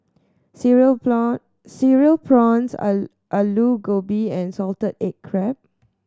cereal prawn Cereal Prawns Aloo Gobi and salted egg crab